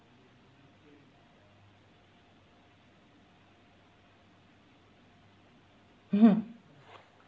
mmhmm